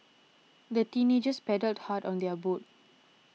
the teenagers paddled hard on their boat